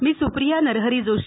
मी Supriya Narhar Joshi